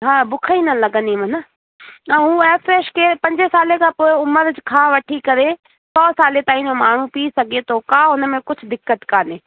हा भूख ई न लॻंदी माना ऐं एफ्रेश खे पंजे साले खां पोइ उमिरि खां वठी करे ॿ साले ताईं जो माण्हू पी सघे थो का हुन में कुझु दिक़त काने